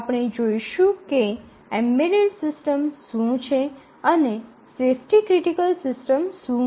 આપણે જોઈશું કે એમ્બેડેડ સિસ્ટમ શું છે અને સેફ્ટી ક્રિટિકલ સિસ્ટમ શું છે